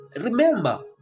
Remember